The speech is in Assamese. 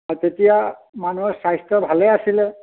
আৰু তেতিয়া মানুহৰ স্বাস্থ্য ভালে অছিলে